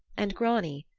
and grani,